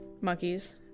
monkeys